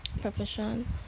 profession